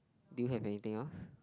do you have anything else